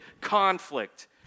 conflict